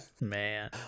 Man